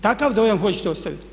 Takav dojam hoćete ostaviti?